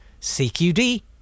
CQD